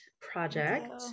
project